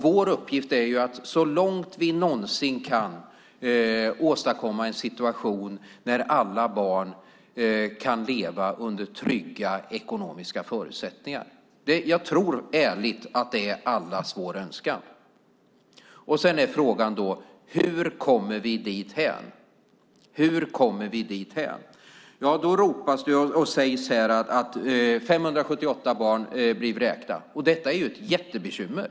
Vår uppgift är att, så långt vi någonsin kan, åstadkomma en situation där alla barn kan leva under trygga ekonomiska förutsättningar. Jag tror ärligt att det är allas vår önskan. Då är frågan: Hur kommer vi dithän? Ja, då sägs det här att 578 barn blir vräkta. Det är ett jättebekymmer.